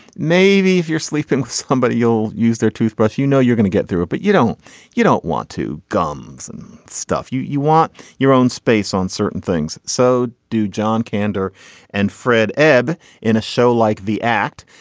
maybe if you're sleeping with somebody you'll use their toothbrush you know you're gonna get through it but you don't you don't want to gums and stuff you you want your own space on certain things. so do john kander and fred ebb in a show like the act.